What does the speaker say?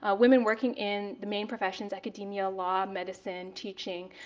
ah women working in the main professions, academia, law, medicine, teaching,